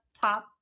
top